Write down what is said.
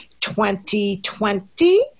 2020